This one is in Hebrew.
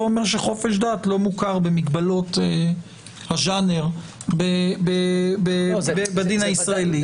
לא אומר שחופש דת לא מוכר במגבלות הז'אנר בדין הישראלי.